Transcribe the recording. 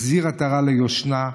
החזיר עטרה ליושנה.